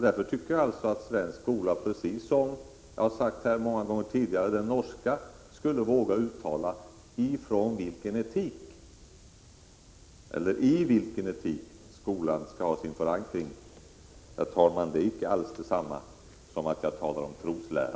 Därför menar jag, som jag sagt många gånger tidigare här i riksdagen, att den svenska skolan precis som den norska borde våga uttala i vilken etik skolan skall ha sin förankring. Herr talman! Detta skall icke alls uppfattas så att jag här talar om troslära.